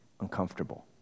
uncomfortable